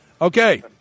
Okay